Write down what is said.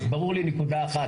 ברורה לי נקודה אחת,